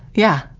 yeah.